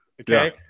Okay